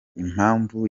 impamvu